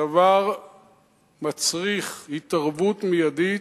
הדבר מצריך התערבות מיידית,